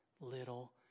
little